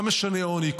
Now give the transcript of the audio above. מה משנה עוני?